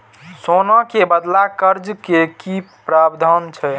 सोना के बदला कर्ज के कि प्रावधान छै?